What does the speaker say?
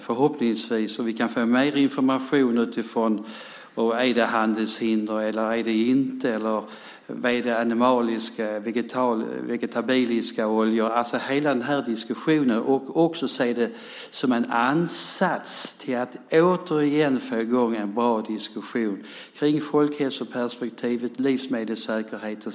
Förhoppningsvis kan det leda till att vi kan få mer information om det är ett handelshinder eller inte, om det gäller animaliska fetter eller vegetabiliska oljor och allt annat som hör till diskussionen. Man kan se det som en ansats till att återigen få i gång en bra diskussion om folkhälsa och livsmedelssäkerhet.